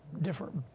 different